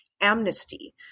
amnesty